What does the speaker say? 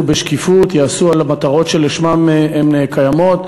בשקיפות וייעשו למטרות שלשמן הם קיימים.